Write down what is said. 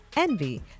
Envy